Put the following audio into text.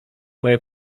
moje